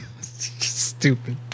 Stupid